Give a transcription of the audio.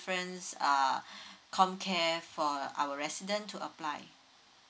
uh comcare uh for our resident to apply